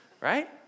right